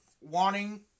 wanting